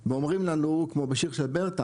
ואומרים לנו, כמו בשיר של ברטה,